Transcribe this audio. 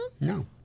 No